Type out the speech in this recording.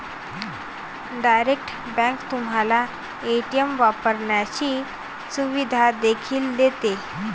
direct bank तुम्हाला ATM वापरण्याची सुविधा देखील देते